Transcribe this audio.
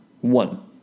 One